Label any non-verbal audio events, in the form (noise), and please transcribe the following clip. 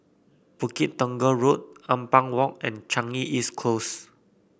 Bukit Tunggal Road Ampang Walk and Changi East (noise) Close